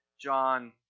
John